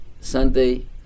sunday